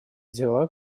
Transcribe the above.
дела